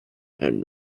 and